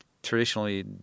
traditionally